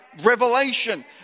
revelation